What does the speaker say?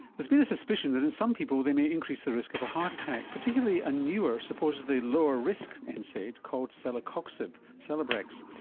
there's been a suspicion that in some people they may increase the risk of a heart attack, particularly a newer supposedly lower risk and nsaid called celecoxib, celebrex.